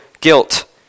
guilt